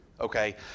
Okay